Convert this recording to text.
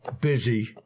busy